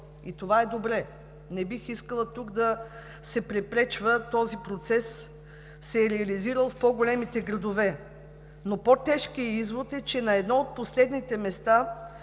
и това е добре, не бих искала тук да се препречва, този процес се е реализирал в по-големите градове. Но по-тежкият извод е, че сме на едно от последните места